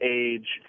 age